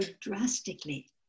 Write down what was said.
drastically